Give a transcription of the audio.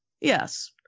yes